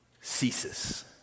ceases